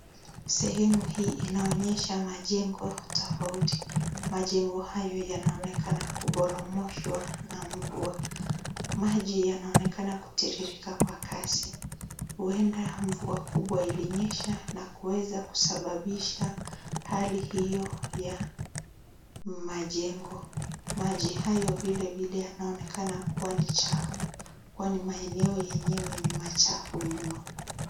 Sehemu hii inaonyesha majengo tofauti. Majengo hayo yanaonekana kubomoshwa na mvua. Maji yanaonekana kutiririka kwa kasi. Huenda mvua kubwa ilinyesha na kuweza kusababisha hali hiyo ya majengo. Maji hayo vile vile yanaonekana kuwa ni chafu kwani maeneo yenyewe ni machafu mno.